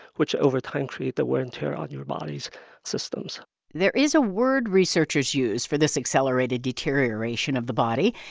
which over time create the wear and tear on your body's systems there is a word researchers use for this accelerated deterioration of the body.